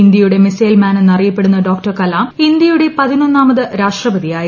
ഇന്ത്യയുടെ മിസൈൽമാൻ എന്നറിയപ്പെടുന്ന ഡോക്ടർ കലാം ഇന്ത്യയുടെ പതിനൊന്നാമത് രാഷ്ട്രപതിയായിരുന്നു